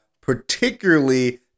particularly